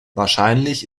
wahrscheinlich